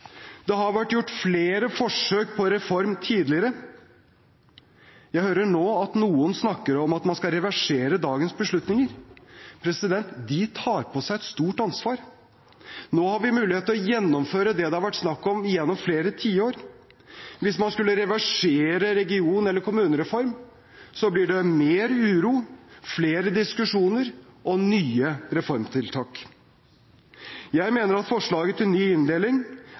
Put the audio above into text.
Det har vært gjort flere forsøk på reform tidligere. Jeg hører nå at noen snakker om at man skal reversere dagens beslutninger. De tar på seg et stort ansvar. Nå har vi mulighet til å gjennomføre det det har vært snakk om gjennom flere tiår. Hvis man skulle reversere region- eller kommunereformen, blir det mer uro, flere diskusjoner og nye reformtiltak. Jeg mener at forslaget til ny inndeling